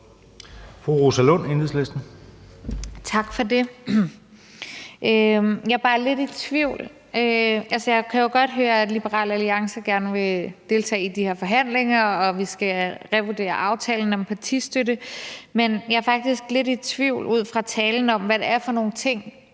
Jeg er bare lidt i tvivl. Altså, jeg kan jo godt høre, at Liberal Alliance gerne vil deltage i de her forhandlinger, og at vi skal revurdere aftalen om partistøtte, men jeg er faktisk lidt i tvivl ud fra talen om, hvad det er for nogle ting,